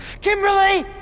Kimberly